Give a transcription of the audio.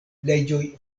leĝoj